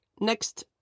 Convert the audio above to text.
Next